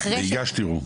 והגשת ערעור?